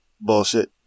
bullshit